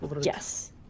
Yes